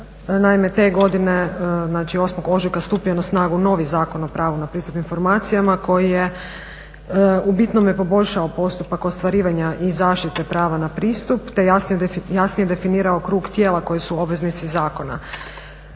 Naime te godine, znači 08. ožujka stupio je na snagu novi Zakon o pravu na pristup informacijama koji je u bitnome poboljšao postupak ostvarivanja i zaštite prava na pristup te jasnije definirao krug tijela koji su obveznici zakona.